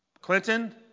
Clinton